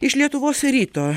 iš lietuvos ryto